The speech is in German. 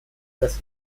das